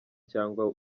cyangwa